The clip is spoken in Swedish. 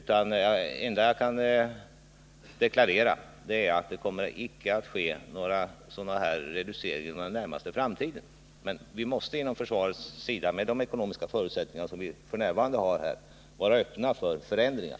Det enda jag kan deklarera är att det icke kommer att ske några reduceringar under den närmaste framtiden. Men vi måste inom försvaret — med de ekonomiska förutsättningar som vi f. n. har — vara öppna för förändringar.